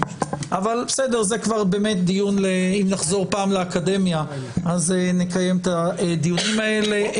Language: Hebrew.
אם נחזור פעם לאקדמיה אז נקיים את הדיונים האלה.